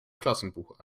klassenbuch